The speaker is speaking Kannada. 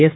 ಎಸ್